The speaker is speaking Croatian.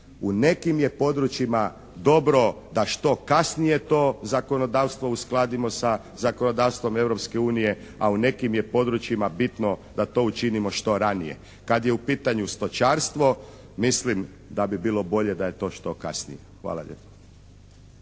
u nekim je područjima dobro da što kasnije to zakonodavstvo uskladimo sa zakonodavstvom Europske unije, a u nekim je područjima bitno da to učinimo što ranije. Kada je u pitanju stočarstvu, mislim da bi bilo bolje da je to što kasnije. Hvala lijepo.